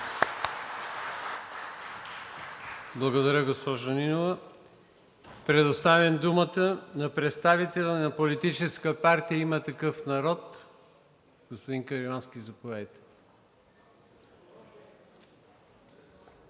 Благодаря, госпожо Нинова. Предоставям думата на представителя на Политическа партия „Има такъв народ“. Господин Каримански, заповядайте.